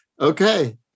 Okay